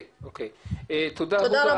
תודה.